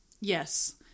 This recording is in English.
yes